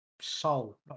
soul